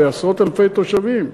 בעשרות-אלפי תושבים.